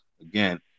Again